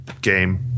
game